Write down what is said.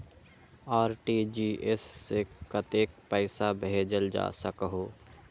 RTGS से कतेक पैसा भेजल जा सकहु???